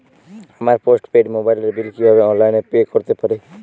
আমার post paid মোবাইলের bill কীভাবে অনলাইনে পে করতে পারি?